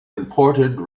imported